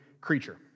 creature